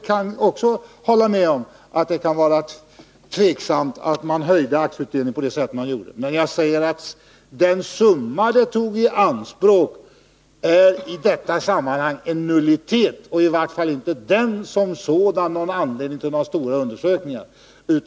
Jag kan hålla med om att det kan vara tveksamt att bolaget höjde aktieutdelningen på det sätt man gjorde. Men den summa det tog i anspråk är i detta sammanhang en nullitet och i varje fall är inte den som sådan skäl till några stora undersökningar.